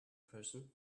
person